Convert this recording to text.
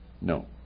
No